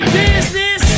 business